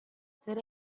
zer